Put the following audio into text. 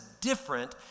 different